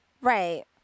right